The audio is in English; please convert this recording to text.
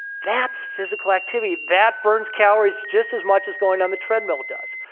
that's physical activity. that burns calories just as much as going on the treadmill does.